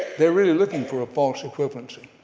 they're really looking for a false equivalency.